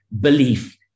belief